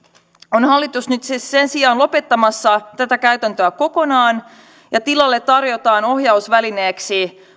on hallitus nyt siis sen sijaan lopettamassa tätä käytäntöä kokonaan ja tarjoaa tilalle ohjausvälineeksi